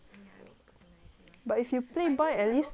but if you playboy at least be 帅 right